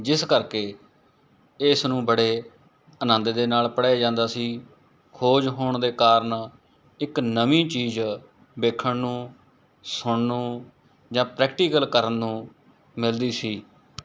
ਜਿਸ ਕਰਕੇ ਇਸ ਨੂੰ ਬੜੇ ਆਨੰਦ ਦੇ ਨਾਲ ਪੜ੍ਹਿਆ ਜਾਂਦਾ ਸੀ ਖੋਜ ਹੋਣ ਦੇ ਕਾਰਨ ਇੱਕ ਨਵੀਂ ਚੀਜ਼ ਵੇਖਣ ਨੂੰ ਸੁਣਨ ਨੂੰ ਜਾਂ ਪ੍ਰੈਕਟੀਕਲ ਕਰਨ ਨੂੰ ਮਿਲਦੀ ਸੀ